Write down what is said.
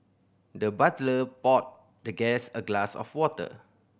the butler poured the guest a glass of water